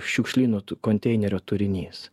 šiukšlynų tų konteinerio turinys